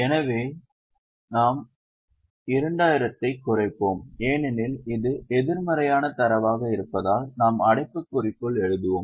எனவே நாம் 2000 ஐக் குறைப்போம் ஏனெனில் இது எதிர்மறையான தரவாக இருப்பதால் நாம் அடைப்புக்குறிக்குள் எழுதுவோம்